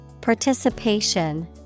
Participation